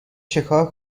چکار